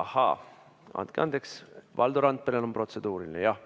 Andke andeks, Valdo Randperel on protseduuriline.